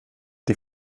die